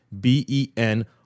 B-E-N